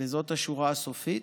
וזאת השורה הסופית.